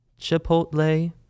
chipotle